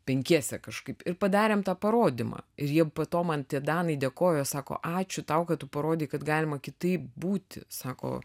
penkiese kažkaip ir padarėm tą parodymą ir jie po to man tie danai dėkojo sako ačiū tau kad tu parodei kad galima kitaip būti sako